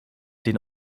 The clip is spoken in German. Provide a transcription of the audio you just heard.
den